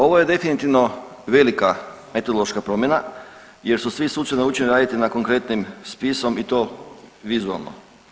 Ovo je definitivno velika metodološka promjena jer su svi suci naučeni raditi nad konkretnim spisom i vizualno.